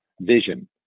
vision